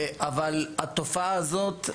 אבל התופעה הזאת,